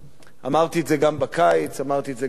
אמרתי את זה גם בקיץ, אמרתי את זה גם עכשיו,